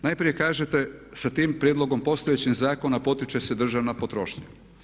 Najprije kažete sa tim prijedlogom postojećeg zakona potiče se državna potrošnja.